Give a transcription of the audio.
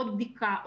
עוד בדיקה,